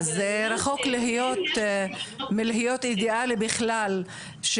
זה רחוק מלהיות אידיאלי בכלל,